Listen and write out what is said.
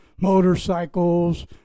motorcycles